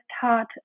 taught